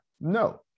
No